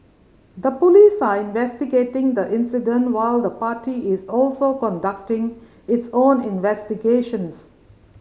the police are investigating the incident while the party is also conducting its own investigations